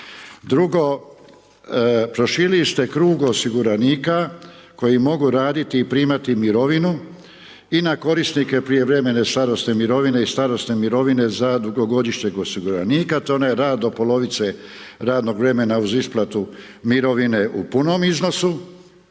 Drugo, proširili ste krug osiguranika koji mogu raditi i primati mirovinu i na korisnike prijevremene starosne mirovine i starosne mirovine za dugogodišnjeg osiguranika to je onaj rad do polovice radnog vremena uz isplatu mirovine u punom iznosu,